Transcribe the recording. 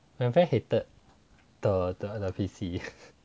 my friend hated the P_C